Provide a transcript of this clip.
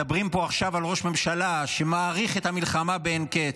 מדברים פה עכשיו על ראש ממשלה שמאריך את המלחמה עד אין קץ,